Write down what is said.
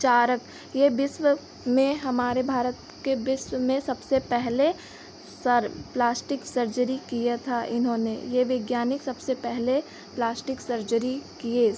चारक यह विश्व में हमारे भारत के विश्व में सबसे पहले सर प्लास्टिक सर्जरी किया था इन्होंने यह वैज्ञानिक सबसे पहले प्लाश्टिक सर्जरी किए